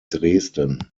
dresden